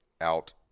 out